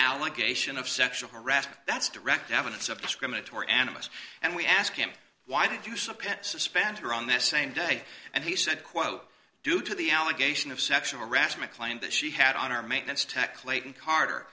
allegation of sexual harassment that's direct evidence of discriminatory animus and we asked him why did you stop it suspended or on that same day and he said quote due to the allegation of sexual harassment claim that she had on our maintenance tech clayton carter